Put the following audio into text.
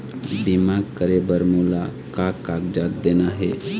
बीमा करे बर मोला का कागजात देना हे?